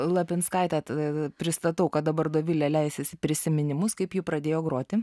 lapinskaitę tada pristatau ką dabar dovilė leisis į prisiminimus kaip ji pradėjo groti